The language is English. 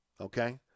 okay